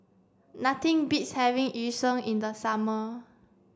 nothing beats having Yu Sheng in the summer